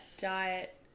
diet